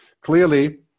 Clearly